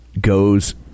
goes